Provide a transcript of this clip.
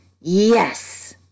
yes